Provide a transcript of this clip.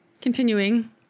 continuing